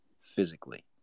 physically